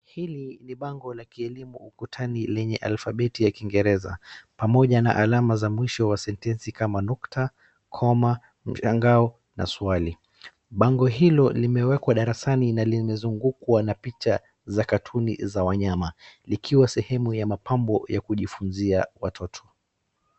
Hili ni bango la kielimu ukutani lenye alfabeti ya kiingereza pamoja na alama za mwisho wa sentensi kama nukta, koma, mshangao na swali. Bago hilo limewekwa darasani na limezugukwa na picha za katuni za wanyama, likiwa sehemu ya mapambo ya kujifunzia watoto.